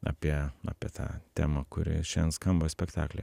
apie apie tą temą kuri šiandien skamba spektaklyje